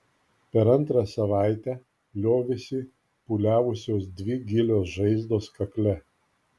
per antrą savaitę liovėsi pūliavusios dvi gilios žaizdos kakle